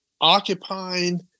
occupying